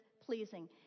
pleasing